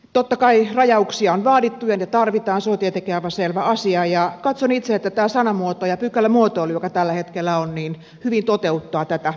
totta kai rajauksia on vaadittu ja ne tarvitaan se on tietenkin aivan selvä asia ja katson itse että tämä sanamuoto ja pykälämuoto joka tällä hetkellä on hyvin toteuttaa tätä periaatetta